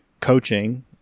coaching